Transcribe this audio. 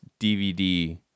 DVD